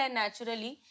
naturally